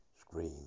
scream